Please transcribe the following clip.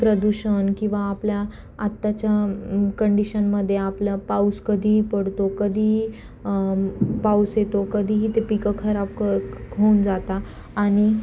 प्रदूषण किंवा आपल्या आत्ताच्या कंडिशनमध्ये आपला पाऊस कधीही पडतो कधीही पाऊस येतो कधीही ते पिकं खराब क होऊन जाता आणि